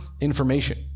information